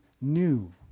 new